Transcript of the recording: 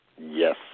Yes